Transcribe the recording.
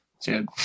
Dude